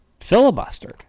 filibustered